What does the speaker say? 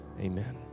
Amen